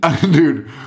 Dude